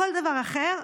כל דבר אחר,